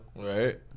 Right